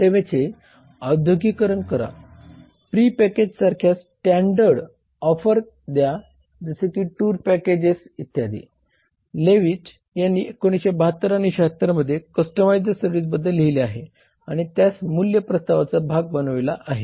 सेवेचे औद्योगीकरण करा प्री पॅकेज सारख्या स्टँडर्ड ऑफर द्या जसे की टूर पॅकेजेस इत्यादी लेविट यांनी 1972 आणि 76 मध्ये कस्टमाईज्ड सर्विस बद्दल लिहिले आहे आणि त्यास मूल्य प्रस्तावाचा भाग बनविला आहे